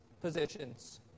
positions